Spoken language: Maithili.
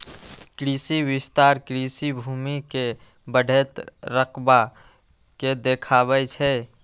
कृषि विस्तार कृषि भूमि के बढ़ैत रकबा के देखाबै छै